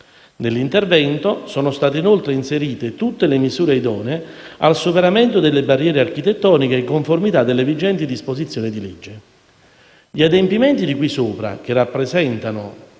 Nell'intervento sono state inoltre inserite tutte le misure idonee al superamento delle barriere architettoniche in conformità delle vigenti disposizioni di legge. Gli adempimenti di cui sopra, che rappresentano